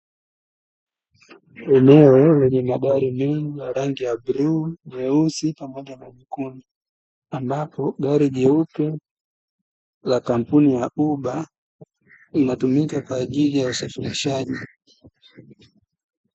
Eneo lenye magari mengi ya rangi ya bluu, nyeusi pamoja na nyekundu, ambapo gari jeupe la kampuni ya "Uber" linatumika kwa ajili ya usafirishaji.